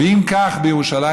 אם כך בירושלים,